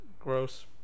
gross